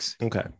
Okay